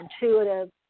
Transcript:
intuitive